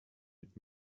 mit